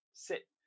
Sit